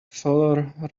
feller